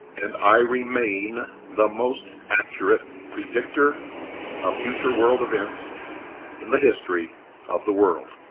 and i remain the most accurate predictor of future world events in the history of the world.